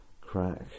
crack